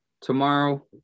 Tomorrow